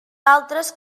altres